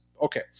Okay